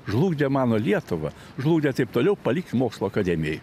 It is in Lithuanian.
žlugdė mano lietuvą žlugdė taip toliau palikt mokslų akademijai